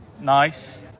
Nice